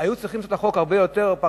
היו צריכים לעשות את החוק הרבה יותר פרטני,